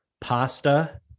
pasta